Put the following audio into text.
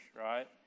right